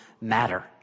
matter